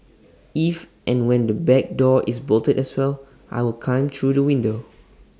if and when the back door is bolted as well I will climb through the window